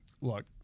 Look